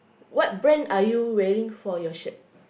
what brand are you wearing for your shirt